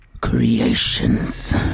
creations